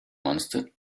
monster